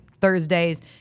Thursdays